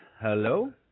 hello